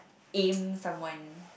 aim someone